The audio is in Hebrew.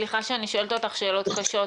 סליחה שאני שואלת אותך שאלות קשות,